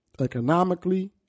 economically